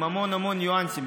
עם המון המון ניואנסים,